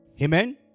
Amen